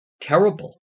Terrible